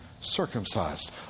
Circumcised